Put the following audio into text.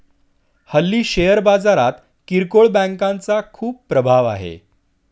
हल्ली शेअर बाजारात किरकोळ बँकांचा खूप प्रभाव आहे